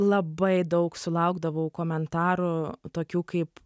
labai daug sulaukdavau komentarų tokių kaip